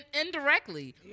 indirectly